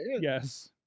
yes